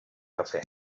café